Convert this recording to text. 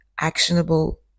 actionable